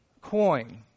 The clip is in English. coin